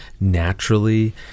naturally